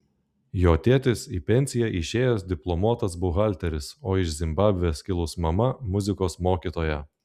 jo tėtis į pensiją išėjęs diplomuotas buhalteris o iš zimbabvės kilus mama muzikos mokytoja